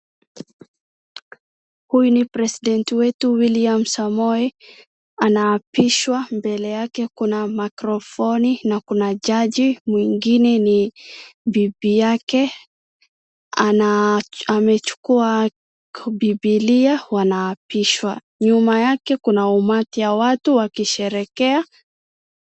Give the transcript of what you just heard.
Huyu ni president wetu William Samoei anaapishwa, mbele yake kuna microphone na kuna jaji, mwingine ni bibi yake, ana, amechukua bibilia, wanaapishwa, nyuma yake kuna umati ya watu wakisherehekea.